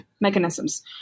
mechanisms